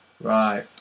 right